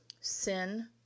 Sin